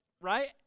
right